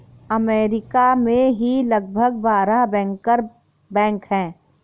अमरीका में ही लगभग बारह बैंकर बैंक हैं